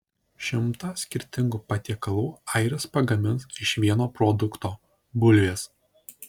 šimtą skirtingų patiekalų airis pagamins iš vieno produkto bulvės